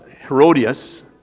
Herodias